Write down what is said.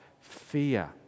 fear